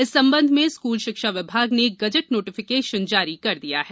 इस संबंध में स्कूल शिक्षा विभाग ने गजट नोटीफिकेशन जारी कर दिया है